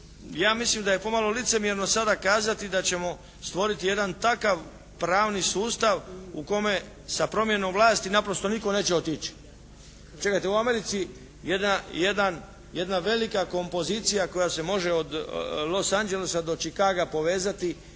ja mislim da je pomalo licemjerno sada kazati da ćemo stvoriti jedan takav pravni sustav u kome sa promjenom vlasti naprosto nitko neće otići. Čekate, u Americi jedna velika kompozicija koja se može od Los Angelesa do Chicaga povezati